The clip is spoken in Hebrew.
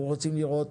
אנחנו רוצים לראות